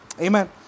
amen